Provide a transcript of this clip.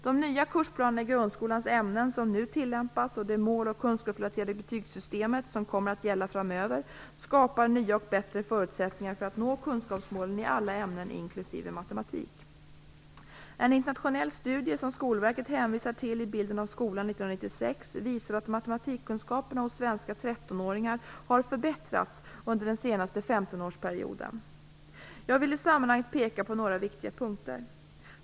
De nya kursplanerna i grundskolans ämnen som nu tillämpas, och det mål och kunskapsrelaterade betygssystemet som kommer att gälla framöver, skapar nya och bättre förutsättningar för att nå kunskapsmålen i alla ämnen inklusive matematik. En internationell studie som Skolverket hänvisar till i Bilden av skolan 1996, visar att matematikkunskaperna hos svenska 13-åringar har förbättrats under den senaste 15-årsperioden. Jag vill i sammanhanget peka på några viktiga punkter.